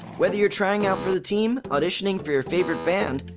whether you're trying out for the team, auditioning for your favorite band,